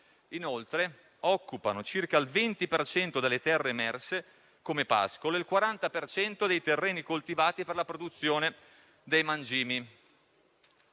inoltre occupano circa il 20 per cento delle terre emerse come pascolo e il 40 per cento dei terreni coltivati per la produzione dei mangimi.